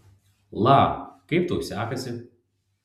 la kaip tau sekasi